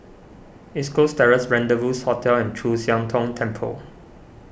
East Coast Terrace Rendezvous Hotel and Chu Siang Tong Temple